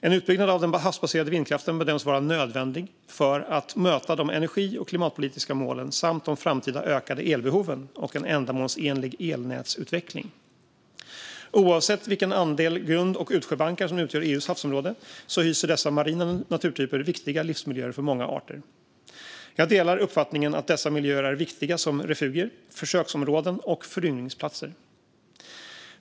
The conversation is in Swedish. En utbyggnad av den havsbaserade vindkraften bedöms vara nödvändig för att möta de energi och klimatpolitiska målen samt de framtida ökande elbehoven och en ändamålsenlig elnätsutveckling. Oavsett vilken andel grund och utsjöbankar som utgör EU:s havsområde hyser dessa marina naturtyper viktiga livsmiljöer för många arter. Jag delar uppfattningen att dessa miljöer är viktiga som refugier, födosöksområden och föryngringsplatser.